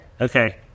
Okay